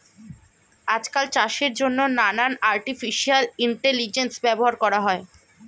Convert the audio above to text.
আজকাল চাষের জন্যে নানান আর্টিফিশিয়াল ইন্টেলিজেন্স ব্যবহার করা হয়